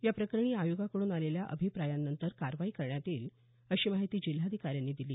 या प्रकरणी आयोगाकडून आलेल्या अभिप्रायानंतर कारवाई करण्यात येईल अशी माहिती जिल्हाधिकाऱ्यांनी दिली